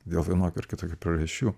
dėl vienokių ar kitokių priežasčių